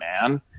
man